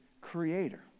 creator